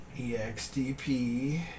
EXDP